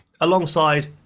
alongside